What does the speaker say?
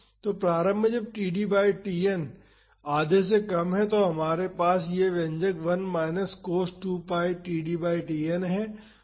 तो प्रारंभ में जब td बाई Tn आधे से कम है तो हमारे पास यह व्यंजक 1 minus cos 2 pi td by Tn है